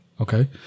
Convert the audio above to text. Okay